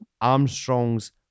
Armstrong's